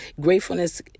gratefulness